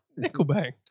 Nickelback